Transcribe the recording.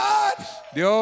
God